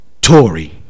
Tory